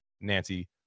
nancy